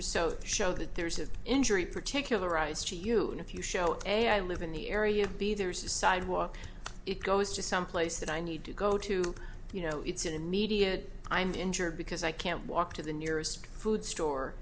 are so show that there's an injury particularized to you and if you show a i live in the area be there's a sidewalk it goes to someplace that i need to go to you know it's an immediate i'm injured because i can't walk to the nearest food store